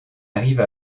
arrive